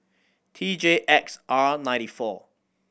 T J X R ninety four